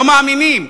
לא מאמינים.